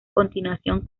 continuación